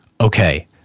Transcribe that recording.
okay